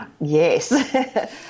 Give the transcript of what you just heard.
Yes